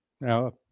Now